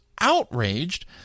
outraged